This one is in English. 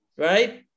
Right